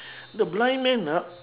no blind man ah